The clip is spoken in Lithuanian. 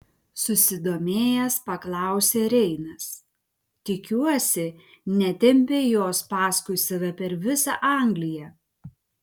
susidomėjęs paklausė reinas tikiuosi netempei jos paskui save per visą angliją